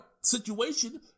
situation